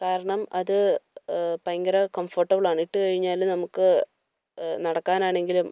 കാരണം അത് ഭയങ്കര കംഫോട്ടബിൾ ആണ് ഇട്ട് കഴിഞ്ഞാൽ നമുക്ക് നടക്കാനാണെങ്കിലും